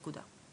נקודה.